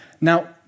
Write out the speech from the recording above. Now